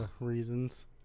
reasons